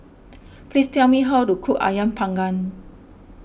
please tell me how to cook Ayam Panggang